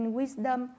wisdom